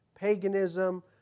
Paganism